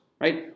right